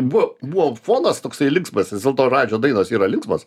buvo buvo fonas toksai linksmas vis dėlto radžio dainos yra linksmos